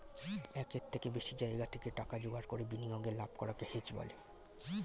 একের থেকে বেশি জায়গা থেকে টাকা জোগাড় করে বিনিয়োগে লাভ করাকে হেজ বলে